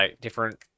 different